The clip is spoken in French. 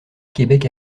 québec